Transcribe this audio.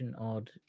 odd